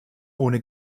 ohne